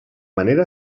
manera